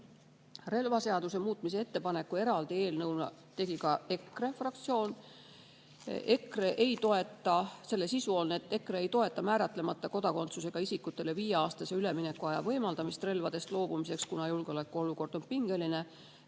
Relvaseaduse muutmise ettepaneku eraldi eelnõuga tegi ka EKRE fraktsioon. EKRE ei toeta määratlemata kodakondsusega isikutele viieaastase üleminekuaja võimaldamist relvadest loobumiseks, kuna julgeolekuolukord on pingeline